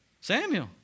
Samuel